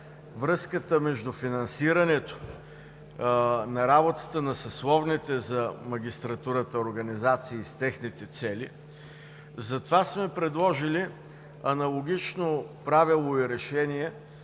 връзката между финансирането на работата на съсловните за магистратурата организации с техните цели, сме предложили аналогично правило и решение,